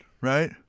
right